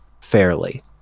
fairly